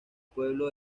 pueblo